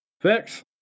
Fix